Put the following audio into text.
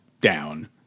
down